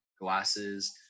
glasses